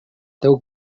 teu